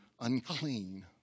unclean